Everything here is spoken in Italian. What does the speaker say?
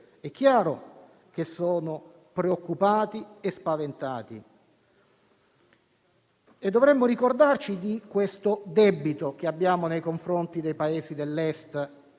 che tali Paesi sono preoccupati e spaventati. Dovremmo ricordarci del debito che abbiamo nei confronti dei Paesi dell'Est,